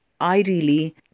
ideally